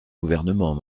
gouvernement